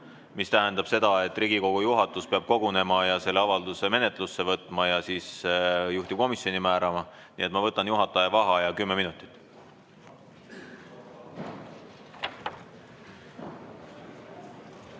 mis tähendab seda, et Riigikogu juhatus peab kogunema ja selle avalduse menetlusse võtma ja ka juhtivkomisjoni määrama. Nii et ma võtan juhataja vaheaja kümme minutit.